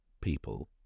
people